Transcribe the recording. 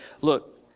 look